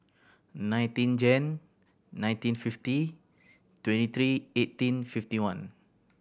nineteen Jan nineteen fifty twenty three eighteen fifty one